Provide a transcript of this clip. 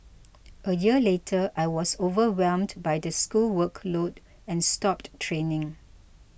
a year later I was overwhelmed by the school workload and stopped training